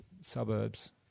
suburbs